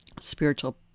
spiritual